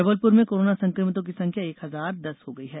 जबलपुर में कोरोना संक्रमितों की संख्या एक हजार दस हो गई है